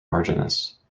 marginis